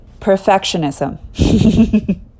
Perfectionism